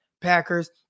Packers